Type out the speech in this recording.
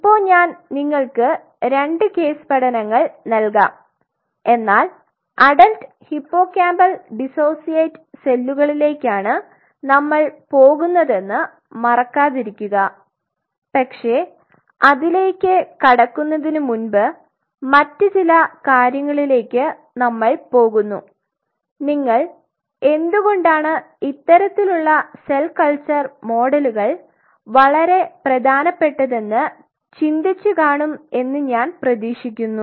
ഇപ്പൊ ഞാൻ നിങ്ങൾക്കു 2 കേസ് പഠനങ്ങൾ നൽകാം എന്നാൽ അഡൽറ്റ് ഹിപ്പോകാമ്പൽ ഡിസോസിയേറ്റ് സെല്ലുകളിലേക്കാണ് നമ്മൾ പോകുന്നതെന്ന് മറക്കാതിരിക്കുക പക്ഷെ അതിലേക് കടക്കുന്നതിന് മുൻപ് മറ്റു ചില കാര്യങ്ങളിലേക് നമ്മൾ പോകുന്നു നിങ്ങൾ എന്തുകൊണ്ടാണ് ഇത്തരത്തിലുള്ള സെൽ കൾച്ചർ മോഡലുകൾ വളരെ പ്രെധാനപെട്ടതെന്ന് ചിന്തിച്ചുകാണും എന്ന് ഞാൻ പ്രേതീഷിക്കുന്നു